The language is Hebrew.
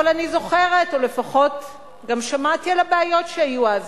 אבל אני זוכרת או לפחות גם שמעתי על הבעיות שהיו אז.